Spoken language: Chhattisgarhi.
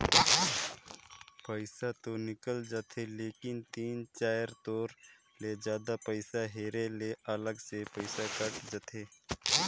पइसा तो निकल जाथे लेकिन तीन चाएर तोर ले जादा पइसा हेरे ले अलग से पइसा कइट जाथे